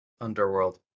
underworld